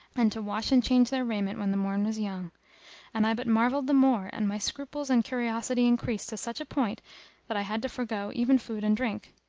and to wash and change their raiment when the morn was young and i but marvelled the more and my scruples and curiosity increased to such a point that i had to forego even food and drink.